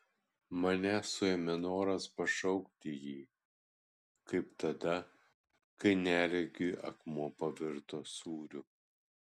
mane suėmė noras pašaukti jį kaip tada kai neregiui akmuo pavirto sūriu